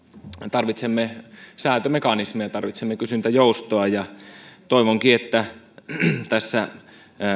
tarvitsemme säätömekanismeja tarvitsemme kysyntäjoustoa toivonkin että tässä